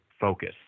focus